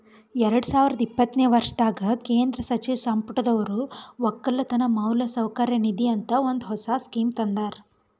ಎರಡು ಸಾವಿರ ಇಪ್ಪತ್ತನೆ ವರ್ಷದಾಗ್ ಕೇಂದ್ರ ಸಚಿವ ಸಂಪುಟದೊರು ಒಕ್ಕಲತನ ಮೌಲಸೌಕರ್ಯ ನಿಧಿ ಅಂತ ಒಂದ್ ಹೊಸ ಸ್ಕೀಮ್ ತಂದಾರ್